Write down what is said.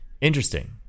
Interesting